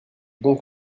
bon